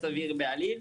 היום,